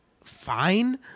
fine